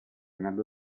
nello